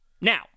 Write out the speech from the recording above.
Now